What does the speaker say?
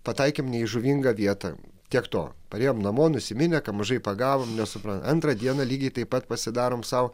pataikėm ne į žuvingą vietą tiek to parėjom namo nusiminę mažai pagavom nesupran antrą dieną lygiai taip pat pasidarom sau